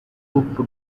coupe